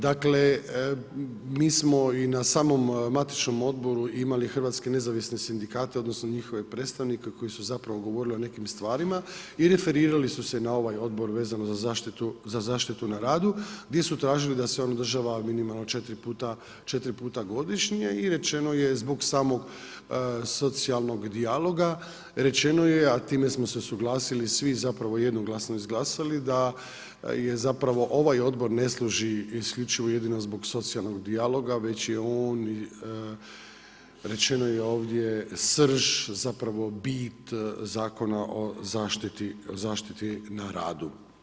Dakle, mi smo i na samom matičnom odboru imali hrvatske nezavisne sindikate, odnosno, njihove predstavnike, koji su zapravo govorili o nekim stvarima i referirali su se na ovaj odbor vezano za zaštitu na radu, gdje su tražili da se on održava minimalno četiri puta godišnje i rečeno je zbog samog socijalnog dijaloga rečeno, a time smo se suglasili i jednoglasno izglasali da ovaj odbor ne služi isključivo i jedino zbog socijalnog dijaloga već je on rečeno je ovdje srž, zapravo bit Zakona o zaštiti na radu.